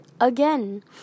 again